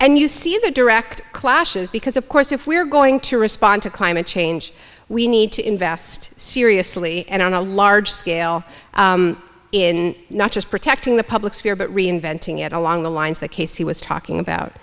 and you see the direct clashes because of course if we're going to respond to climate change we need to invest seriously and on a large scale in not just protecting the public sphere but reinventing it along the lines that casey was talking about